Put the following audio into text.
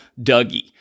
Dougie